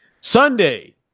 Sunday